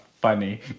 funny